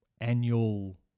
annual